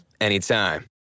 anytime